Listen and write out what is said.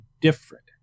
different